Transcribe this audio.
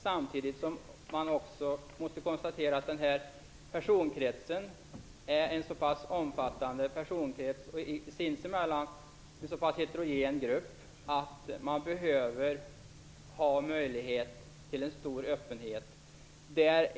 Samtidigt måste man konstatera att den här personkretsen är så omfattande och utgör en så heterogen grupp att man behöver ha möjlighet till stor öppenhet.